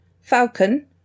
Falcon